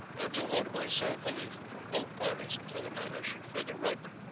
and to hold myself aloof from both parties until the matter should further ripen.